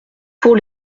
pour